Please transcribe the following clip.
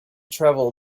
travel